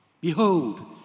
Behold